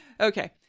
Okay